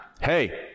Hey